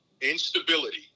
Instability